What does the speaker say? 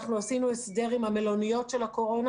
אנחנו עשינו הסדר עם המלוניות של קורונה